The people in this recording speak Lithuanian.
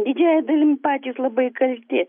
didžiąja dalim patys labai kalti